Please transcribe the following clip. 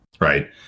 right